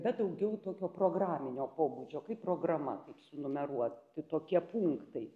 bet daugiau tokio programinio pobūdžio kaip programa kaip sunumeruoti tokie punktai